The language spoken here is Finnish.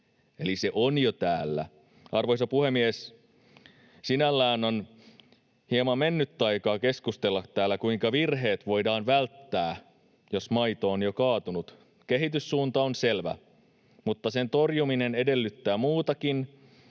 eli se on jo täällä. Arvoisa puhemies! Sinällään on hieman mennyttä aikaa keskustella täällä siitä, kuinka virheet voidaan välttää, jos maito on jo kaatunut. Kehityssuunta on selvä, mutta sen torjuminen edellyttää muutakin